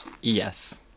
Yes